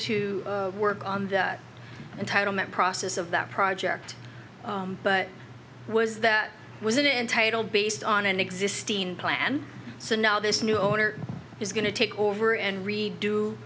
to work on the entitlement process of that project but was that it was an entitled based on an existing plan so now this new owner is going to take over and redo